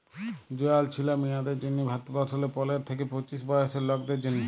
জয়াল ছিলা মিঁয়াদের জ্যনহে ভারতবর্ষলে পলের থ্যাইকে পঁচিশ বয়েসের লকদের জ্যনহে